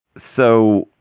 so,